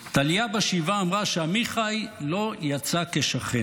טליה בשבעה אמרה שעמיחי לא יצא כשכן.